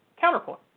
counterpoint